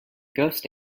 ghost